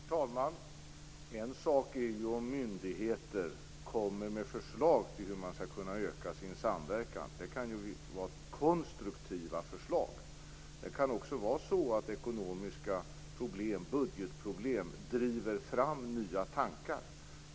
Herr talman! En sak är ju om myndigheter kommer med förslag till hur man skall kunna öka sin samverkan. Det kan ju vara konstruktiva förslag. Det kan också vara så att ekonomiska problem, budgetproblem, driver fram nya tankar.